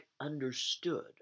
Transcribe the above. understood